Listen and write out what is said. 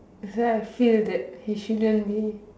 that's why I feel that he shouldn't be